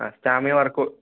ആ stamina work